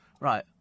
Right